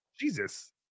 Jesus